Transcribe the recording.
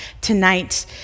tonight